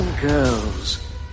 girls